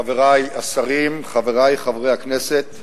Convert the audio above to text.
חברי השרים, חברי חברי הכנסת,